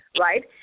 right